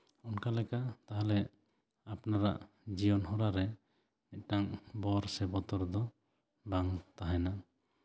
ᱚᱱᱠᱟ ᱞᱮᱠᱟ ᱛᱟᱦᱚᱞᱮ ᱟᱯᱱᱟᱨᱟᱜ ᱡᱤᱭᱚᱱ ᱦᱚᱨᱟ ᱨᱮ ᱢᱤᱫᱴᱟᱝ ᱵᱚᱨ ᱵᱚᱛᱚᱨ ᱫᱚ ᱵᱟᱝ ᱛᱟᱦᱮᱱᱟ